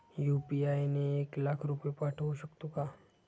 UPI ने एक लाख रुपये पाठवू शकतो का?